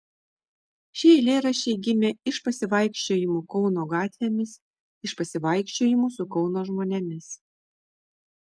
šie eilėraščiai gimė iš pasivaikščiojimų kauno gatvėmis iš pasivaikščiojimų su kauno žmonėmis